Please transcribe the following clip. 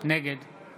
נגד